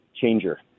changer